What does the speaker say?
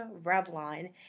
Revlon